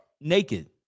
naked